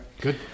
good